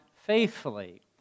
faithfully